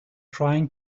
trying